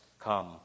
come